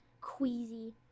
queasy